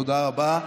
תודה רבה.